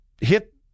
hit